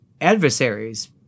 adversaries